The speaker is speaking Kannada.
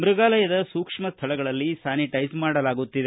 ಮೃಗಾಲಯವನ್ನು ಕೂಡ ಸೂಕ್ಷ್ಮ ಸ್ಥಳಗಳಲ್ಲಿ ಸ್ಥಾನಿಟೈಸ್ ಮಾಡಲಾಗುತ್ತಿದೆ